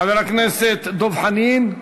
חבר הכנסת דב חנין?